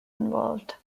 involved